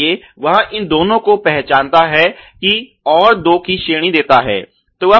इसलिए वह इन दोनों को पहचानता है कि और दो कि श्रेणी देता है